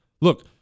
Look